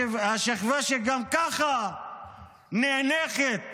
השכבה שגם ככה נאנקת